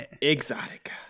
exotic